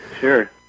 Sure